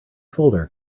folder